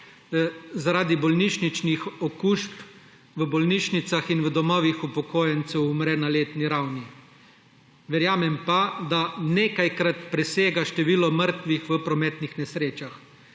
zaradi bolnišničnih okužb v bolnišnicah in v domovih upokojencev umre na letni ravni. Verjamem pa, da nekajkrat presega število mrtvih v prometnih nesrečah.